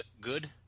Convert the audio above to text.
good